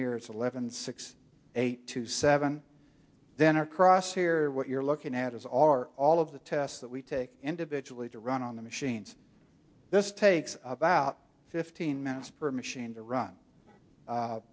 it's eleven six eight two seven then across here what you're looking at is are all of the tests that we take individually to run on the machines this takes about fifteen minutes per machine to run